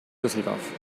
düsseldorf